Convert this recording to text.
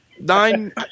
nine